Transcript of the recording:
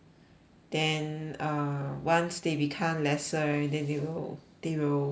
then uh once they become lesser already then they will they will